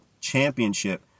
Championship